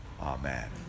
Amen